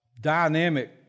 dynamic